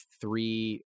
three